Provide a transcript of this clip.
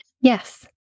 Yes